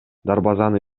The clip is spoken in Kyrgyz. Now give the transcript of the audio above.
дарбазаны